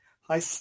Hi